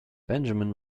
benjamin